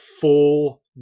full